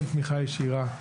אין תמיכה ישירה,